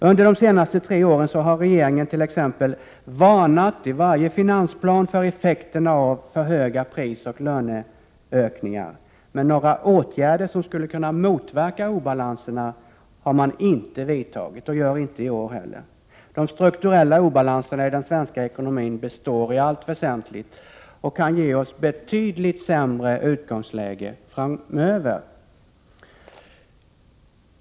Under de senaste tre åren har regeringen i varje finansplan varnat för effekterna av för höga prisoch löneökningar, men några åtgärder som skulle kunna motverka obalanserna har man inte vidtagit och gör det inte i år heller. De strukturella obalanserna i den svenska ekonomin består i allt väsentligt och kan ge oss betydligt sämre utgångsläge framöver.